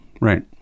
right